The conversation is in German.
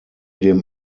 dem